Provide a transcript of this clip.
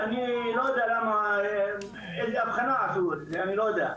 אני לא יודע איזו הבחנה עשו אצלי, אני לא יודע.